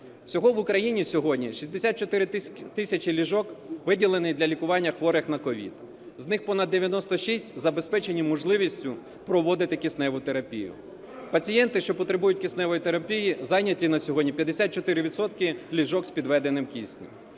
Всього в Україні сьогодні 64 тисячі ліжок, виділених для лікування хворих на COVID, з них понад 96 забезпечені можливістю проводити кисневу терапію. Пацієнти, що потребують кисневої терапії, зайняті на сьогодні 54 відсотки ліжок з підведеним киснем.